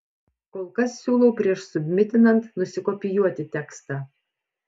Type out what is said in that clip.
kol kas siūlau prieš submitinant nusikopijuoti tekstą